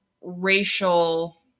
racial